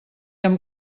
hem